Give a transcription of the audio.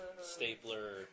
stapler